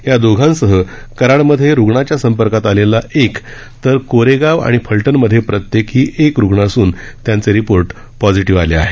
या दोघांसह कराडमध्ये रुग्णाच्या संपर्कात आलेला एक तर कोरेगाव आणि फलटण मध्ये प्रत्येकी एक रुग्ण असून त्यांचे रिपोर्ट पॉझिटिव्ह आले आहेत